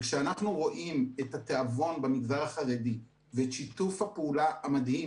וכשאנחנו רואים את התיאבון במגזר החרדי ואת שיתוף הפעולה המדהים